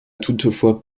toutefois